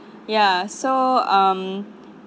ya so um